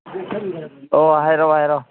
ꯑꯣ ꯍꯥꯏꯔꯣ ꯍꯥꯏꯔꯣ